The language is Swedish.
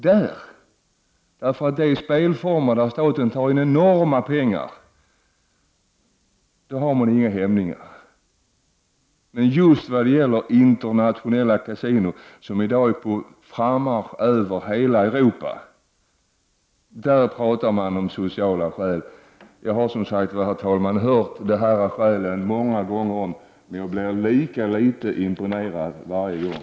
När det gäller spelformer där staten tar in enorma pengar har man inga hämningar. Mot ett införande av kasinon, som i dag är på frammarsch över hela Europa, anför man däremot sociala skäl. Jag har som sagt, herr talman, fått höra dessa skäl många gånger, men jag blir lika litet imponerad varje gång.